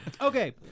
Okay